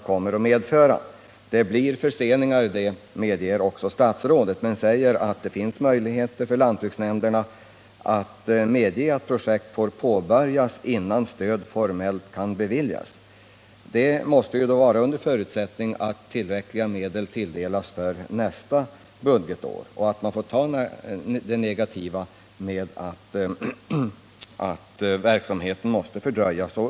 Statsrådet medger att det blir förseningar i fråga om beslut om stöd, men han pekar på att det finns möjligheter för lantbruksnämnderna att medge att projekt får påbörjas innan stöd formellt kan beviljas. En förutsättning för detta måste då vara att tillräckliga medel tilldelas nämnderna för nästa budgetår. Svaret innebär att man får acceptera att verksamheten kommer att fördröjas.